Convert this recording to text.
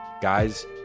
Guys